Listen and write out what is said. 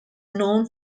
known